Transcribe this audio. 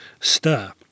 stir